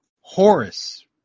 Horace